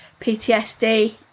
PTSD